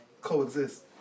coexist